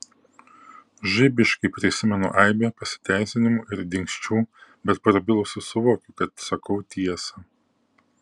žaibiškai prisimenu aibę pasiteisinimų ir dingsčių bet prabilusi suvokiu kad sakau tiesą